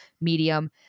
medium